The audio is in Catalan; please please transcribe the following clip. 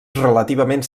relativament